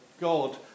God